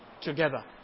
together